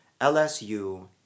LSU